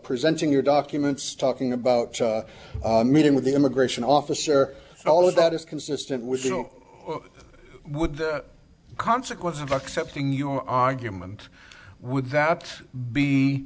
presenting your documents talking about meeting with the immigration officer all of that is consistent with you know with the consequence of accepting your argument would that be